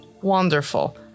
Wonderful